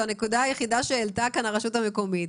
זו הנקודה היחידה שהעלתה כאן הרשות המקומית.